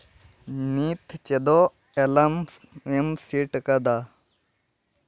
ᱱᱤᱛ ᱪᱮᱫᱚᱜ ᱮᱞᱟᱨᱢ ᱮᱢ ᱥᱮ ᱴ ᱠᱟᱫᱟ